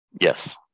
Yes